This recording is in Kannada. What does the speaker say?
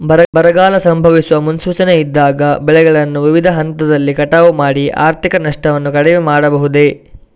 ಬರಗಾಲ ಸಂಭವಿಸುವ ಮುನ್ಸೂಚನೆ ಇದ್ದಾಗ ಬೆಳೆಗಳನ್ನು ವಿವಿಧ ಹಂತದಲ್ಲಿ ಕಟಾವು ಮಾಡಿ ಆರ್ಥಿಕ ನಷ್ಟವನ್ನು ಕಡಿಮೆ ಮಾಡಬಹುದೇ?